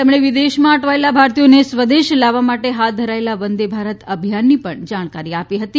તેમણે વિદેશમાં અટવાયેલા ભારતીયોને સ્વદેશ લાવવા માટે હાથ ધરાયેલા વંદેભારત અભિયાનની જાણકારી આપી હતી